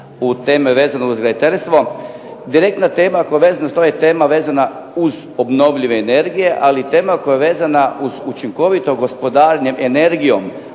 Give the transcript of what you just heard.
u teme vezane uz graditeljstvo. Direktna tema oko vezanosti ovih tema vezana uz obnovljive energije, ali tema koja je vezana uz učinkovito gospodarenjem energijom,